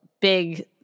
big